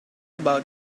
about